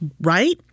Right